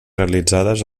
realitzades